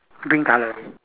green colour